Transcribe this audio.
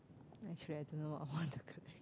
actually I don't know what I want to collect